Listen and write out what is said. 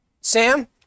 Sam